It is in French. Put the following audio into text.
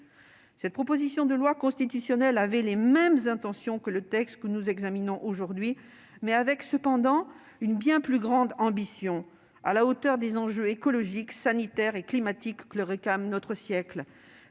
Cette proposition de loi constitutionnelle avait les mêmes intentions que le texte que nous examinons aujourd'hui, mais avec cependant une bien plus grande ambition, à la hauteur des enjeux écologiques, sanitaires et climatiques que réclame notre siècle